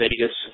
Vegas